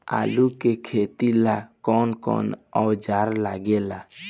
आलू के खेती ला कौन कौन औजार लागे ला?